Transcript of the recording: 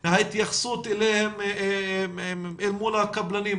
ההתייחסות אליהם אל מול הקבלנים,